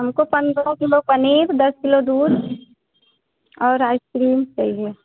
हमको पंद्रह किलो पनीर दस किलो दूध और आइस क्रीम चाहिए